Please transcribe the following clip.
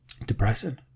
Depressing